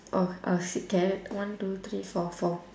oh our sick carrot one two three four four